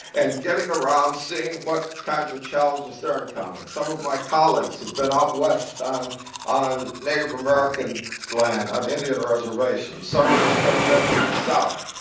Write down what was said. and getting around seeing what kinds of challenges they're encountering. some of my colleagues have been out west on on native american land, on indian reservations. some of them have been in the south.